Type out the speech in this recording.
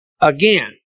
again